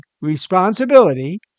responsibility